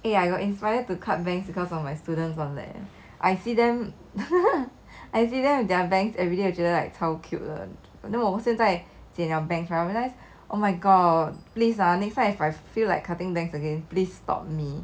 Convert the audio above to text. eh I got inspired to cut bangs because of my students from there I see them I see them with their bangs everyday 我觉得 like 超 cute 的 you know 现在剪了 bangs 我 realise oh my god please ah next time if I feel like cutting bangs again please stop me